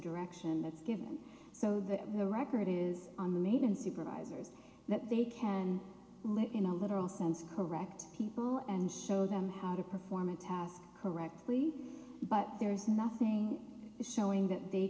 direction that's given so that the record is on the median supervisors that they can live in a literal sense correct people and show them how to perform a task correctly but there is nothing showing that they